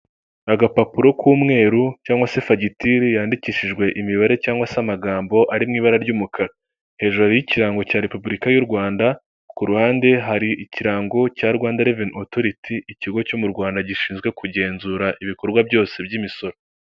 Agapapuro k'umweru cyangwa se fagitire yandikishijwe imibare cyangwa se amagambo ari mu ibara ry'umukara, hejuru y'ikirango cya repubulika y'Urwanda, ku ruhande hari ikirango cya Rwanda reveni otoriti, ikigo cyo mu Rwanda gishinzwe kugenzura ibikorwa byose by'imisoro.